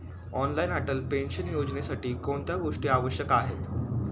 Online Atal pension योजनेसाठी कोणत्या गोष्टी आवश्यक आहेत?